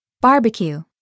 Barbecue